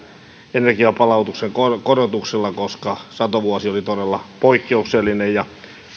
energiapalautuksen korotuksella koska satovuosi oli todella poikkeuksellinen ja